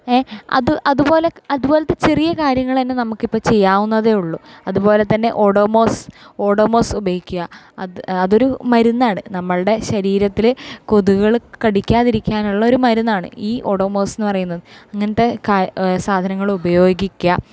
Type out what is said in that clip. അത് അതുപോലെ അതുപോലത്തെ ചെറിയ കാര്യങ്ങൾ തന്നെ നമുക്ക് ഇപ്പോൾ ചെയ്യാവുന്നതേ ഉള്ളു അതുപോലെ തന്നെ ഓടോമോസ് ഓടോമോസ് ഉപയോഗിക്കുക അത് അതൊരു മരുന്നാണ് നമ്മളുടെ ശരീരത്തിൽ കൊതുകുകൾ കടിക്കാതിരിക്കാനുള്ള ഒരു മരുന്നാണ് ഈ ഓടോമോസ് എന്ന് പറയുന്നത് അങ്ങനത്തെ സാധനങ്ങൾ ഉപയോഗിക്കാം